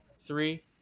three